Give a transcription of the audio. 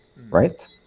right